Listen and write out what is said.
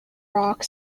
rock